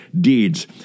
deeds